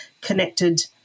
connected